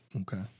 Okay